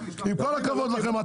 עם כל הכבוד לכם,